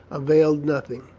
availed nothing.